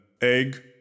egg